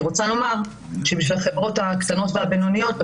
אני רוצה לומר שעבור החברות הקטנות והבינוניות,